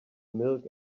milk